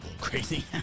crazy